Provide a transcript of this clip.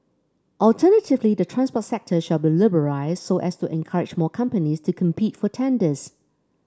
alternatively the transport sector shall be liberalised so as to encourage more companies to compete for tenders